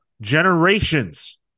generations